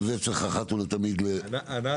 גם זה אחת ולתמיד צריך אני יודע,